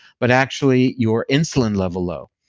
but actually your insulin level low.